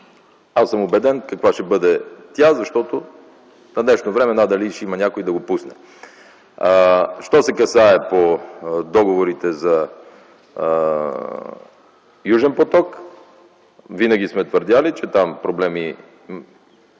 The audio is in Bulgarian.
аз съм убеден каква ще бъде тя, на днешно време надали ще има някой да го пусне. Що се касае до договорите за „Южен поток”, винаги сме твърдели, че там проблеми